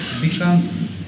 become